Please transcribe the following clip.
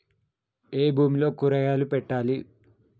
ఏ భూమిలో కూరగాయలు పెట్టాలి?